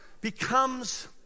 becomes